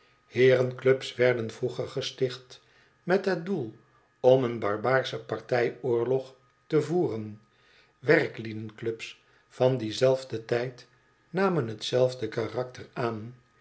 heeren clubs werden vroeger gesticht met het doel om een barbaarschen partij oorlog te voeren werklieden clubs van dienzelfden tijd namen hetzelfde karakter aan